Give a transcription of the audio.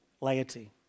laity